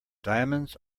diamonds